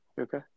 Okay